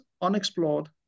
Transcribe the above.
unexplored